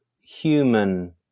human